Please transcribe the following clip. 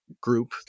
group